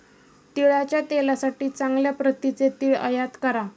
तिळाच्या तेलासाठी चांगल्या प्रतीचे तीळ आयात करा